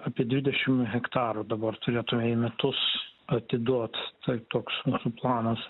apie dvidešim hektarų dabar turėtume į metus atiduot tai toks mūsų planas